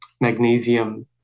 magnesium